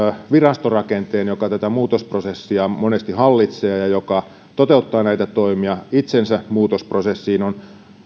virastorakenteen joka tätä muutosprosessia monesti hallitsee ja ja joka toteuttaa näitä toimia itseensä muutosprosessiin on